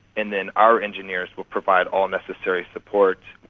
and then our engineers will provide all necessary supports.